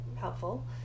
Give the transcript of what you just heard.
helpful